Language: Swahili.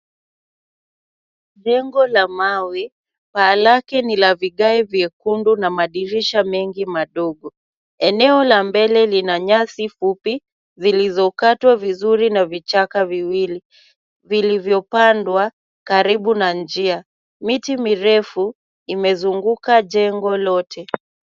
Jengo la mawe, paa lake ni la vigae vyekundu na madirisha mengi madogo. Eneo la mbele lina nyasi fupi, zilizokatwa vizuri na vichaka viwili vilivyopandwa karibu na njia. Miti mirefu, imezunguka jengo lote.